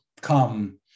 come